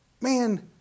man